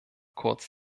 kurz